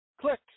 Click